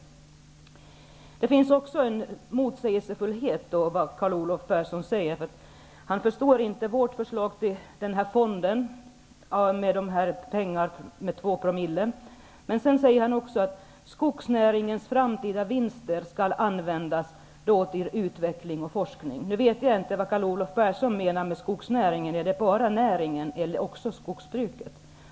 Det finns också en motsägelsefullhet i vad Carl Olov Persson säger. Han förstår inte vårt förslag med 2 promille till fonden. Men sedan säger han att skogsnäringens framtida vinster skall användas till utveckling och forskning. Jag vet inte vad Carl Olov Persson menar med skogsnäringen. Är det bara näringen, eller också skogsbruket?